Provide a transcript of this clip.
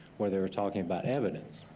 where they were talking about evidence.